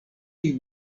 ich